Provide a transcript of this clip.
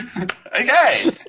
Okay